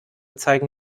zeigen